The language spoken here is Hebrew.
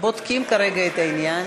בודקים כרגע את העניין.